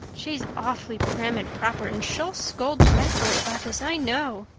she's awfully prim and proper and she'll scold dreadfully about this, i know.